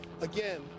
Again